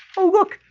oh look!